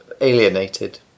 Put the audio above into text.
alienated